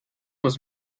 was